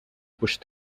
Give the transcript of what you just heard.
push